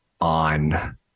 on